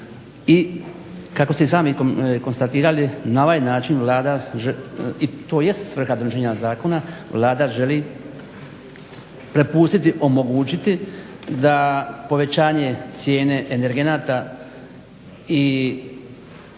I kako ste i sami konstatirali, na ovaj način Vlada, to jest svrha … zakona, Vlada želi prepustiti, omogućiti da povećanje cijene energenata i